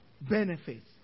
benefits